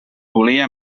volia